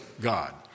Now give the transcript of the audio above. God